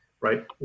right